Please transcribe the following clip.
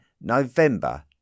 November